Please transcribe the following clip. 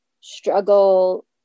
struggle